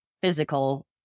physical